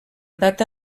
data